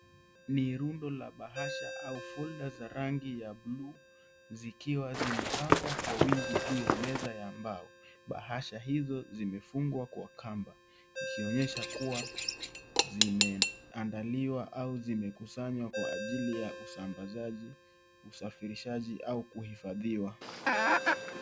Nirundo la bahasha au folder za rangi ya bluu zikiwa zimepangwa kwa wingi juu ya meza ya mbao. Bahasha hizo zimefungwa kwa kamba, ikionyesha kuwa zimeandaliwa au zimekusanywa kwa ajili ya usambazaji ,usafirishaji au kuhifadhiwa.